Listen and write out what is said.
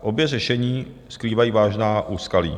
Obě řešení skrývají vážná úskalí.